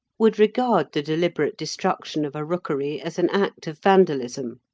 would regard the deliberate destruction of a rookery as an act of vandalism.